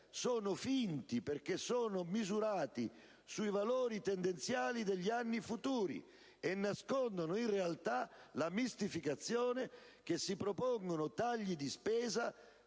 sono finti perché sono misurati sui valori tendenziali degli anni futuri e nascondono in realtà la mistificazione per cui si propongono tagli di spesa